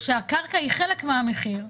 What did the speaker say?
שהקרקע היא חלק מהמחיר,